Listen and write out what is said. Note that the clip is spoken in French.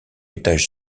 étage